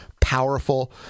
powerful